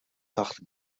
taħt